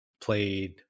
played